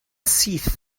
syth